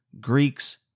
Greeks